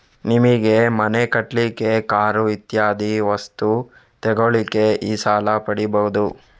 ನಿಮಿಗೆ ಮನೆ ಕಟ್ಲಿಕ್ಕೆ, ಕಾರು ಇತ್ಯಾದಿ ವಸ್ತು ತೆಗೊಳ್ಳಿಕ್ಕೆ ಈ ಸಾಲ ಪಡೀಬಹುದು